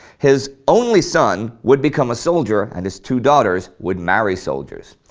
his only son would become a soldier and his two daughters would marry soldiers.